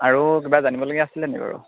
আৰু কিবা জানিবলগীয়া আছিলে নি বাৰু